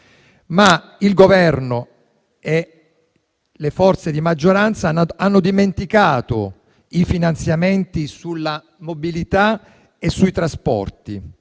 Ma il Governo e le forze di maggioranza hanno dimenticato i finanziamenti sulla mobilità e sui trasporti,